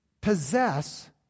possess